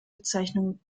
bezeichnung